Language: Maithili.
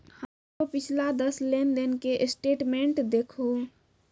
हमरो पिछला दस लेन देन के स्टेटमेंट देहखो